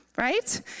Right